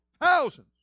thousands